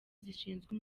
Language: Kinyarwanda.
zishinzwe